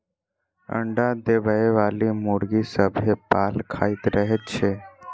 अंडा देबयबाली मुर्गी सभ पाल खाइत रहैत छै